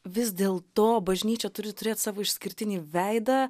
vis dėlto bažnyčia turi turėt savo išskirtinį veidą